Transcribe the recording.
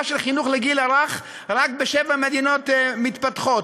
של חינוך לגיל הרך רק בשבע מדינות מתפתחות,